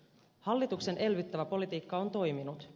hallituksen elvyttävä politiikka on toiminut